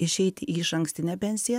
išeiti į išankstinę pensiją